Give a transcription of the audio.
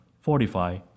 fortify